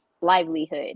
livelihood